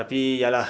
tapi ya lah